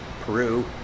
Peru